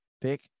pick